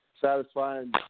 satisfying